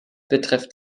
betrifft